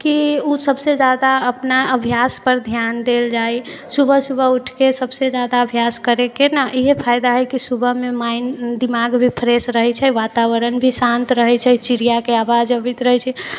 कि उ सभसँ जादा अपना अभ्यासपर ध्यान देल जाइ सुबह सुबह उठके सभसँ जादा अभ्यास करैके ने इहे फायदा हय कि सुबहमे माइण्ड दिमाग भी फ्रेश रहै छै वातावरण भी शान्त रहै छै चिड़ियाके आवाज आबैत रहै छै